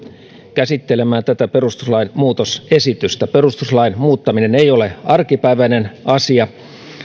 käsittelemään tätä perustuslain muutosesitystä perustuslain muuttaminen ei ole arkipäiväinen asia